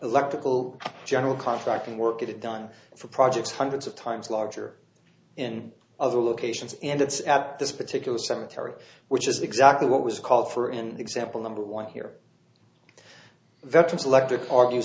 electrical general contracting work get it done for projects hundreds of times larger in other locations and it's apt this particular cemetery which is exactly what was called for in example number one here veteran selectric argue